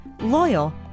loyal